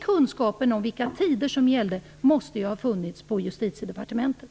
Kunskapen om vilka tider som gällde måste ju ha funnits på Justitiedepartementet.